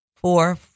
four